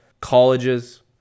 colleges